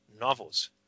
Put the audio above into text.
novels